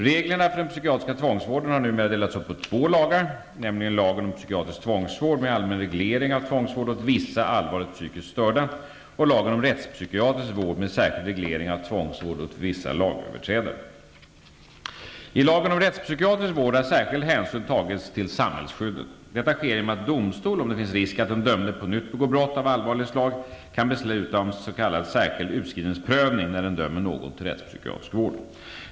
Reglerna för den psykiatriska tvångsvården har numera delats upp på två lagar, nämligen lagen om psykiatrisk tvångsvård med allmän reglering av tvångsvård åt vissa allvarligt psykiskt störda och lagen om rättspsykiatrisk vård med särskild reglering av tvångsvård åt vissa lagöverträdare . I lagen om rättspsykiatrisk vård har särskild hänsyn tagits till samhällsskyddet. Detta sker genom att domstol, om det finns risk att den dömde på nytt begår brott av allvarligt slag, kan besluta om särskild utskrivningsprövning när den dömer någon till rättspsykiatrisk vård.